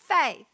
faith